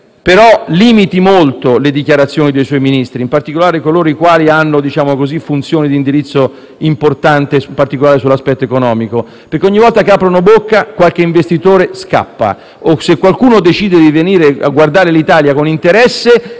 però, a limitare molto le dichiarazioni dei suoi Ministri, in particolare di coloro i quali hanno funzioni d'indirizzo importante, soprattutto sull'aspetto economico, perché, ogni volta che aprono bocca, qualche investitore scappa o se qualcuno potrebbe decidere di venire a guardare l'Italia con interesse,